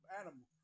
animal